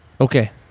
Okay